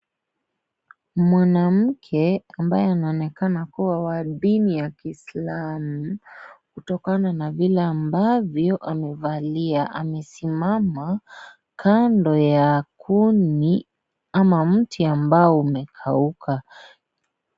Mwanamke ambaye anaonekana kuwa wa dini ya kiislamu kutokana na vile ambavyo amevalia. amesimama kando ya kuni ama mti ambao umekauka.